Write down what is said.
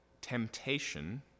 Temptation